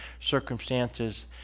circumstances